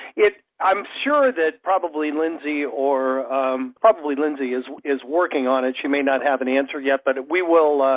if i'm sure that probably lindsay or um probably lindsay is is working on and she may not have an answer yet, but we will.